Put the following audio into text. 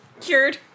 Cured